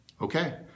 okay